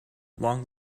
long